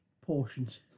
portions